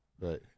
Right